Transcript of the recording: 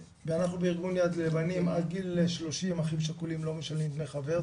בארגון יד לבנים עד גיל 30 אחים שכולים לא משלמים דמי חבר,